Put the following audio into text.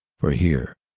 for here,